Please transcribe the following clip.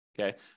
okay